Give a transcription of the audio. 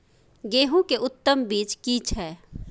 गेहूं के उत्तम बीज की छै?